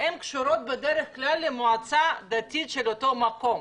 הם קשורים בדרך כלל למועצה הדתית של אותו מקום.